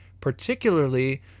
particularly